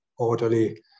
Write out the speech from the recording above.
orderly